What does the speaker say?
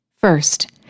First